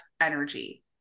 energy